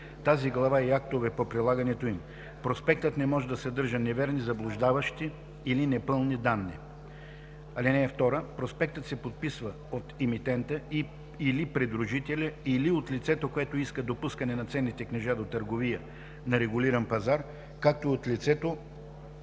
тази глава и актовете по прилагането им. Проспектът не може да съдържа неверни, заблуждаващи или непълни данни. (2) Проспектът се подписва от емитента или предложителя или от лицето, което иска допускане на ценните книжа до търговия на регулиран пазар, както и от лицето,